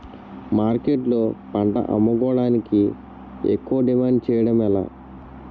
మార్కెట్లో పంట అమ్ముకోడానికి ఎక్కువ డిమాండ్ చేయడం ఎలా?